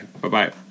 Bye-bye